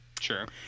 Sure